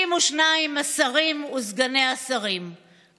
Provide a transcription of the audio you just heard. את הכיסאות שבנו ואת המשרדים שיצרו,